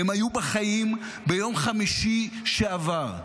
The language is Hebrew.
והם היו בחיים ביום חמישי שעבר.